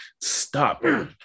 Stop